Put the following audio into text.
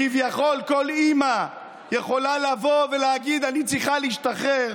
כביכול כל אימא יכולה לבוא ולהגיד: אני צריכה להשתחרר.